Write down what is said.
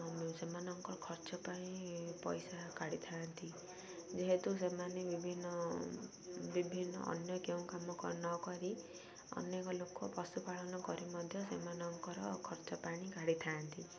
ସେମାନଙ୍କର ଖର୍ଚ୍ଚ ପାଇଁ ପଇସା କାଢ଼ିଥାନ୍ତି ଯେହେତୁ ସେମାନେ ବିଭିନ୍ନ ବିଭିନ୍ନ ଅନ୍ୟ କେଉଁ କାମ ନ କରି ଅନେକ ଲୋକ ପଶୁପାଳନ କରି ମଧ୍ୟ ସେମାନଙ୍କର ଖର୍ଚ୍ଚ ପାଣି କାଢ଼ିଥାନ୍ତି